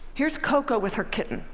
here's koko with her kitten.